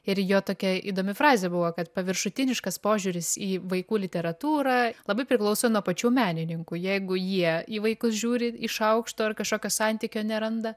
ir jo tokia įdomi frazė buvo kad paviršutiniškas požiūris į vaikų literatūrą labai priklauso nuo pačių menininkų jeigu jie į vaikus žiūri iš aukšto ar kažkokio santykio neranda